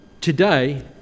today